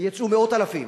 ויצאו מאות אלפים,